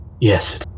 Yes